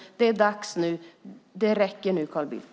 Det är dags nu. Det räcker nu, Carl Bildt!